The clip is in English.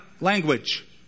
language